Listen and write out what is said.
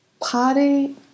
Party